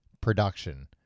production